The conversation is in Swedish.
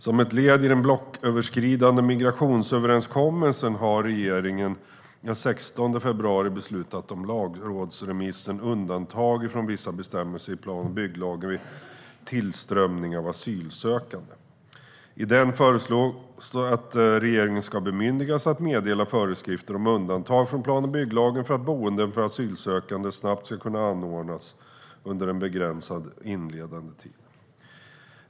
Som ett led i den blocköverskridande migrationsöverenskommelsen har regeringen den 16 februari beslutat om lagrådsremissen Undantag från vissa bestämmelser i plan och bygglagen vid tillströmning av asylsökan de . I den föreslås att regeringen ska bemyndigas att meddela föreskrifter om undantag från plan och bygglagen för att boenden för asylsökande snabbt ska kunna anordnas under en begränsad inledande tid.